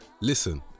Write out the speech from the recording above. Listen